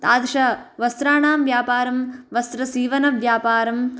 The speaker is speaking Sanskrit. तादृशवस्त्राणां व्यापारं वस्त्रसीवनव्यापारम्